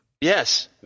Yes